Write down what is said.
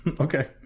okay